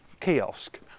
kiosk